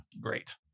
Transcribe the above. Great